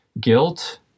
guilt